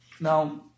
Now